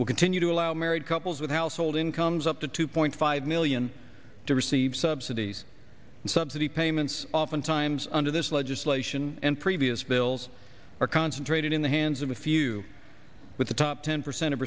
will continue to allow married couples with household incomes up to two point five million to receive subsidies and subsidy payments oftentimes under this legislation and previous bills are concentrated in the hands of a few with the top ten percent of